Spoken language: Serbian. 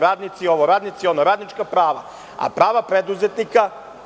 Radnici ovo, radnici ono, radnička prava, a prava preduzetnika?